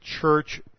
church